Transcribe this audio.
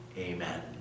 amen